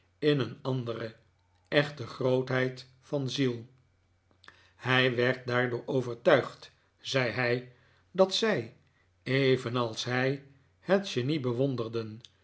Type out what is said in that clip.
in een andere echte grootheid van ziel hij werd daardoor overtuigd zei hij dat zij evenals hij het genie bewonderden